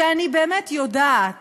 אני באמת יודעת